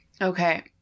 Okay